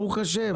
ברוך השם.